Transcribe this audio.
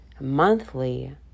monthly